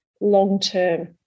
long-term